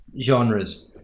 genres